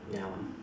ya